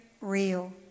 real